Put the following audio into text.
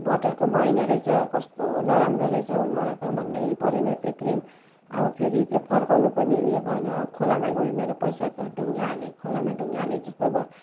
बटरको पनि होइन रहेछ कस्तो नराम्रो रहेछ हौ मलाई त मनैपरेन त्यो क्रिम अब फेरि त्यो फर्काउन पनि उयो भएन खोलामै गयो मेरो पैसा त ढुङ्गा हानेको खोलामा ढुङ्गा हानेको जस्तो भयो